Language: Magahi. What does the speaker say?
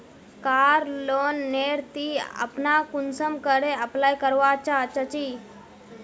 कार लोन नेर ती अपना कुंसम करे अप्लाई करवा चाँ चची?